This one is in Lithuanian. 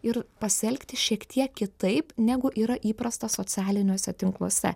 ir pasielgti šiek tiek kitaip negu yra įprasta socialiniuose tinkluose